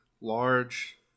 large